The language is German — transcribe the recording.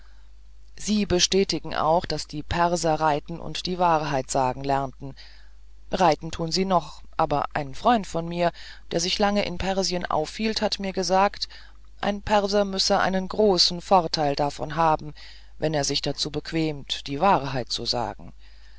sie bestätigen auch daß die perser reiten und die wahrheit sagen lernten reiten tun sie noch aber ein freund von mir der sich lange in persien aufhielt hat mir gesagt ein perser müsse einen großen vorteil davon haben wenn er sich dazu bequemt die wahrheit zu sagen